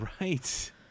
Right